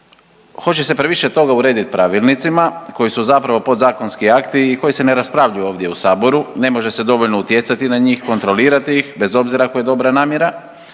hoće se previše toga urediti pravilnicima koji su zapravo podzakonski akti i koji se ne raspravljaju ovdje u Saboru, ne može se dovoljno utjecati na njih, kontrolirati ih bez obzira ako je dobra namjera